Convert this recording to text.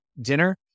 dinner